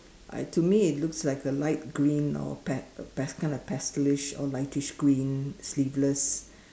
I to me it looks like a light green or pas~ pas~ kind of pastelish or lightish green sleeveless